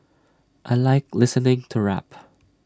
I Like listening to rap